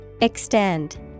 extend